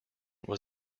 was